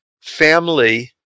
family